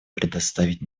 предоставить